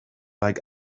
like